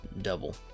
double